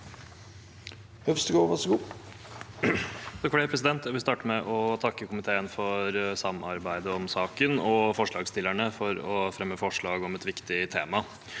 og ordfører for saken): Jeg vil starte med å takke komiteen for samarbeidet i saken og forslagsstillerne for å fremme forslag om et viktig tema.